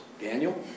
Daniel